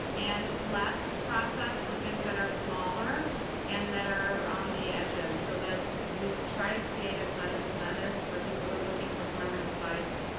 and less process for things that are smaller and that are on the edges so that we try to create a set of incentives for people who are looking for commemorative sites.